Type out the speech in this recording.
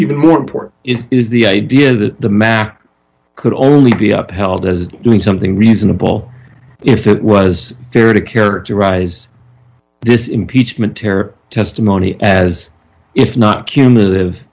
even more important it is the idea that the map could only be upheld as doing something reasonable if it was fair to characterize this impeachment terror testimony as it's not cumulative